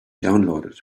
downloaded